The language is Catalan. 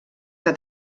que